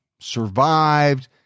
Survived